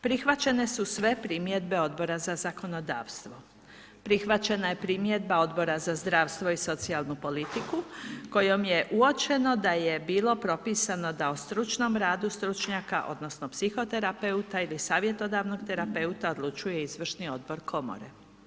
Prihvaćene su sve primjedbe Odbora za zakonodavstvo, prihvaćena je primjedba Odbora za zdravstvo i socijalnu politiku kojom je uočeno da je bilo propisano da o stručnom radu stručnjaka, odnosno psihoterapeuta ili savjetodavnog terapeuta odlučuje izvršni odbor Komore.